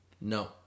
no